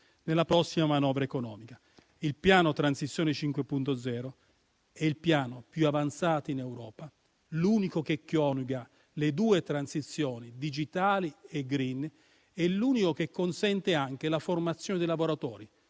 nella prossima manovra economica. Il piano Transizione 5.0 è il piano più avanzato in Europa, l'unico che coniuga le due transizioni digitale e *green* e l'unico che consente anche la formazione dei lavoratori